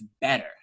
better